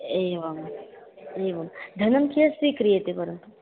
एवम् एवं धनं कियत्स्वीक्रियते परन्तु